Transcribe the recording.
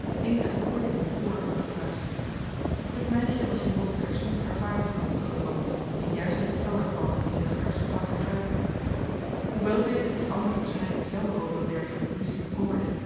eenige woorden in t oor had gefluisterd het meisje was hierop terstond haar vader te gemoet geloopen die juist uit den kelder kwam met eenige versch getapte kruiken hoewel deze zich anders waarschijnlijk zelden over een dergelijke rusie bekommerde